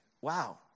wow